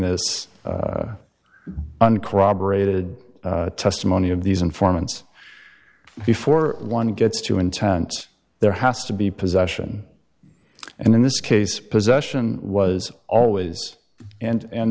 this uncorroborated testimony of these informants before one gets to intent there has to be possession and in this case possession was always and